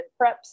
preps